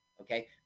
okay